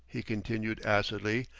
he continued acidly,